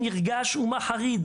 סלקו המחיצות המבדילות,